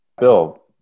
Bill